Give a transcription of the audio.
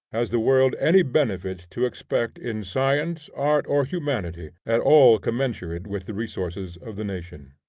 has the world any benefit to expect in science, art, or humanity, at all commensurate with the resources of the nation.